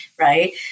right